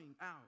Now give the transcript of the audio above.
out